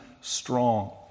strong